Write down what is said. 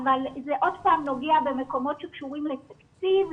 אבל זה עוד פעם נוגע במקומות שקשורים לתקציב.